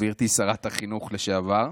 גברתי שרת החינוך לשעבר,